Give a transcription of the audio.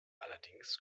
allerdings